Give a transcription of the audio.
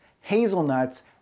hazelnuts